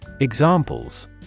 Examples